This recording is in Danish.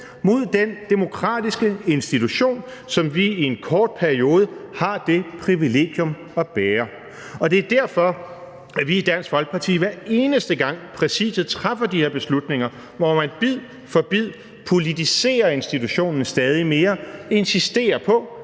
mod den demokratiske institution, som vi i en kort periode har det privilegium at tjene. Det er derfor, at vi i Dansk Folkeparti, hver eneste gang Præsidiet træffer de her beslutninger, hvor man bid for bid politiserer institutionen stadig mere, insisterer på,